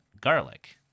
garlic